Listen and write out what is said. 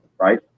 right